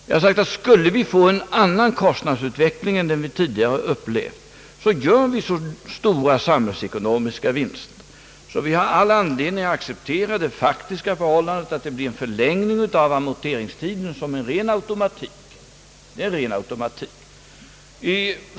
Jag har sagt, att skulle vi få en annan kostnadsutveckling än den vi tidigare upplevt så gör vi så stora samhällsekonomiska vinster, att vi har all anledning att acceptera det faktiska förhållandet att det blir en förlängning av amorteringstiden som en ren automatik.